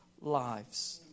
lives